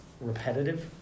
repetitive